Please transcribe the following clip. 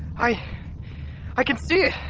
i i can see it!